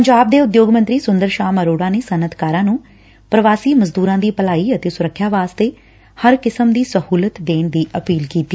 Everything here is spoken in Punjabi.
ਪੰਜਾਬ ਦੇ ਉਦਯੋਗ ਮੰਤਰੀ ਸੁੰਦਰ ਸ਼ਾਮ ਅਰੋੜਾ ਨੇ ਸਨਅਤਕਾਰਾਂ ਨੂੰ ਪੁਵਾਸੀ ਮਜ਼ਦਰਾਂ ਦੀ ਭਲਾਈ ਅਤੇ ਸੁਰੱਖਿਆ ਵਾਸਤੇ ਹਰ ਕਿਸਮ ਦੀ ਸਹੂਲਤ ਦੇਣ ਦੀ ਅਪੀਲ ਕੀਤੀ